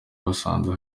basanze